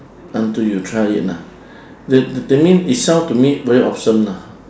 until you try it ah that that mean it sound to me very awesome lah